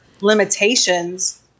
limitations